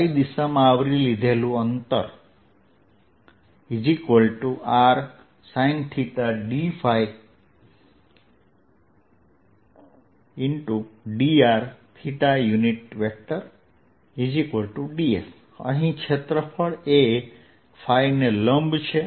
ϕ દિશામાં આવરી લીધેલ અંતર rsinθdϕdr θ ds અહીં ક્ષેત્રફળ એ ϕ ને લંબ છે